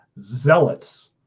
zealots